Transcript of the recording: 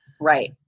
Right